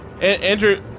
Andrew